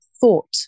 thought